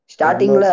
Starting